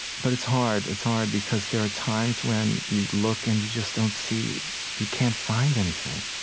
but it's hard. it's hard because there are times when you look and you just don't see you can't find anything.